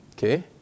Okay